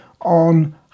on